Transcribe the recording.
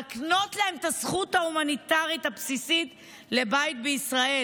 להקנות להן את הזכות ההומניטרית הבסיסית לבית בישראל.